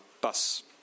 bus